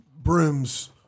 brooms